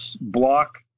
block